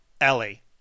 Ellie